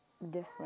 different